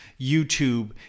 YouTube